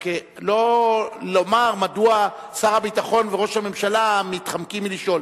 רק לא לומר מדוע שר הביטחון וראש הממשלה מתחמקים מהשאלה.